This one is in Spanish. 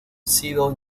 sido